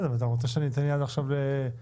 אתם רוצים שאני אתן עכשיו יד ל ---?